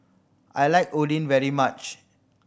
I like Oden very much